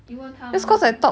你问他们啊